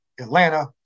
Atlanta